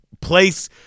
place